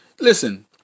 listen